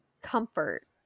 comfort